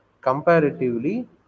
comparatively